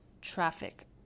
traffic